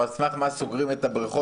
או על סמך מה סוגרים את הבריכות,